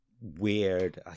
weird